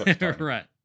right